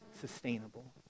sustainable